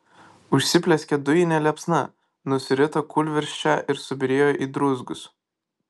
užsiplieskė dujine liepsna nusirito kūlvirsčia ir subyrėjo į druzgus